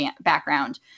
background